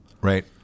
right